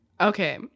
Okay